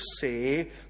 say